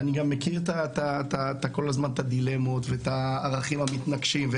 ואני גם מכיר את הדילמות ואת הערכים המתנגשים.